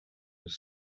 was